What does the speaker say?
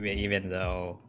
yeah even though